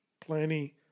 Plenty